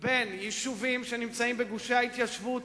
בין יישובים שנמצאים בגושי ההתיישבות